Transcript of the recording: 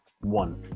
one